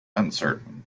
uncertain